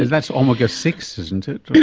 that's omega six, isn't it?